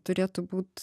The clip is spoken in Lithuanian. turėtų būt